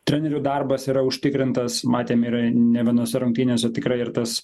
trenerių darbas yra užtikrintas matėm ir ne vienose rungtynėse tikrai ir tas